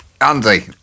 andy